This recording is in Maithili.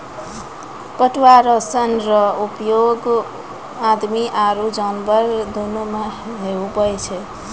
पटुआ रो सन रो उपयोग आदमी आरु जानवर दोनो मे हुवै छै